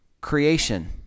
creation